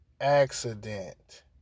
accident